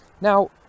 Now